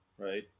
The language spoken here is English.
right